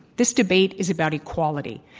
this debate is about equality.